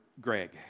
Greg